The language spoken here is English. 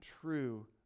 true